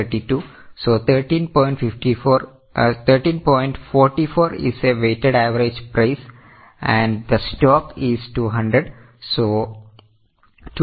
44 is a weighted average price and the stock is 200